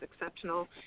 exceptional